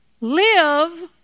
Live